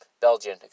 Belgian